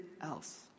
else